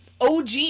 OG